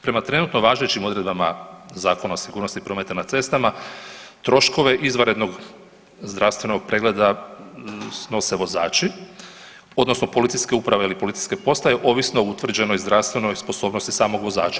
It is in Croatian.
Prema trenutno važećim odredbama Zakona o sigurnosti prometa na cestama troškove izvanrednog zdravstvenog pregleda snose vozači, odnosno policijske uprave ili policijske postaje ovisno o utvrđenoj zdravstvenoj sposobnosti samog vozača.